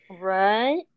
Right